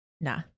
Nah